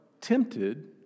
tempted